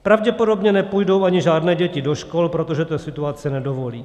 Pravděpodobně nepůjdou ani žádné děti do škol, protože to situace nedovolí.